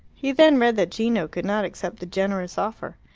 he then read that gino could not accept the generous offer.